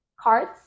cards